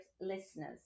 listeners